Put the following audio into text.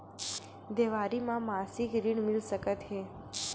देवारी म मासिक ऋण मिल सकत हे?